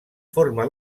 forma